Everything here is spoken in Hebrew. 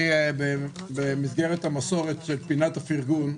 במסגרת המסורת של פינת הפרגון,